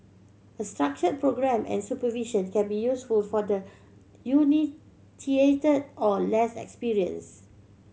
a structured programme and supervision can be useful for the or less experienced